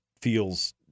feels